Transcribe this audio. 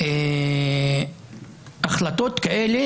החלטות כאלה